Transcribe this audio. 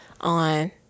on